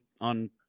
on